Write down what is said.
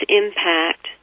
impact